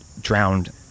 drowned